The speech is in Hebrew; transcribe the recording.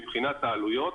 מבחינת העלויות,